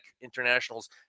International's